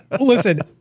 listen